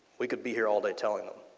we could be here all day telling um